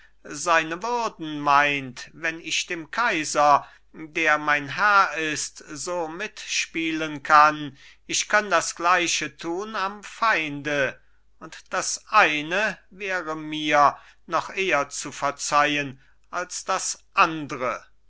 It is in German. seine würden meint wenn ich dem kaiser der mein herr ist so mitspielen kann ich könn das gleiche tun am feinde und das eine wäre mir noch eher zu verzeihen als das andre